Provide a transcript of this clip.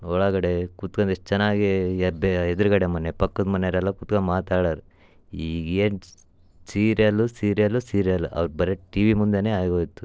ಒಳಗಡೆ ಕುತ್ಕಂಡ್ ಎಷ್ಟು ಚೆನ್ನಾಗಿ ಎಬ್ಬೆ ಎದುರುಗಡೆ ಮನೆ ಪಕ್ಕದ ಮನೇವ್ರೆಲ್ಲ ಕುತ್ಕಂಡ್ ಮಾತಾಡೋರು ಈಗೇನು ಸ್ ಸೀರ್ಯಲ್ಲು ಸೀರ್ಯಲ್ಲು ಸೀರ್ಯಲ್ಲು ಅವ್ರು ಬರೀ ಟಿ ವಿ ಮುಂದೆನೇ ಆಗೋಯಿತು